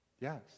Yes